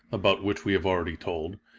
about which we have already told,